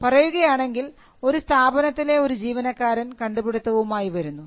പറയുകയാണെങ്കിൽ ഒരു സ്ഥാപനത്തിലെ ഒരു ജീവനക്കാരൻ കണ്ടുപിടുത്തവുമായി വരുന്നു